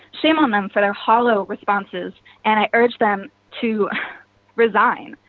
shame on them for their hollow responses. and i urge them to resign.